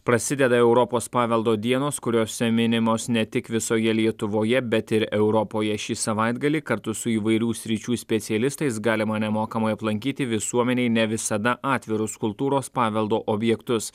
prasideda europos paveldo dienos kuriose minimos ne tik visoje lietuvoje bet ir europoje šį savaitgalį kartu su įvairių sričių specialistais galima nemokamai aplankyti visuomenei ne visada atviros kultūros paveldo objektus